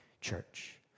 church